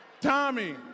Tommy